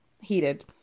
heated